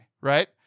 right